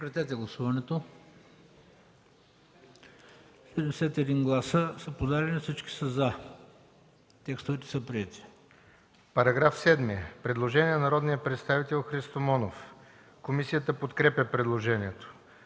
По § 7 има предложение на народния представител Христо Монов. Комисията подкрепя предложението.